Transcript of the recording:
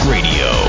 Radio